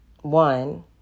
one